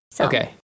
Okay